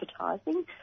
advertising